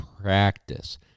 practice